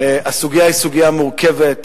הסוגיה היא סוגיה מורכבת,